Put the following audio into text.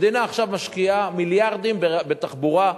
המדינה משקיעה עכשיו מיליארדים בתחבורה,